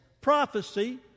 prophecy